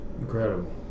Incredible